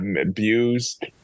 abused